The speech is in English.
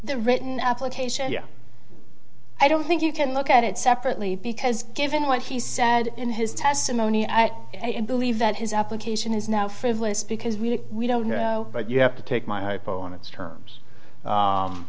the written application i don't think you can look at it separately because given what he said in his testimony i believe that his application is now frivolous because really we don't know but you have to take my hypo on its terms